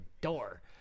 door